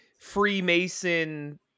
Freemason